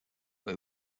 but